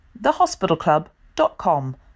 thehospitalclub.com